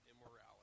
immorality